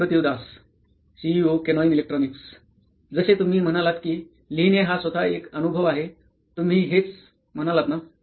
Suprativ Das C T O केनोईन electronics जसे तुम्ही म्हणालात की लिहिणे हा स्वत एक अनुभव आहे तुम्ही हेच म्हणालात ना